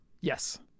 Yes